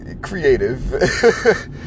creative